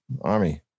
army